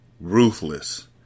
ruthless